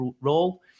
role